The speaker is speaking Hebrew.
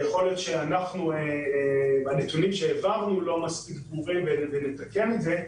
ויכול להיות שהנתונים שהעברנו לא מספיק ברורים ונתקן את זה,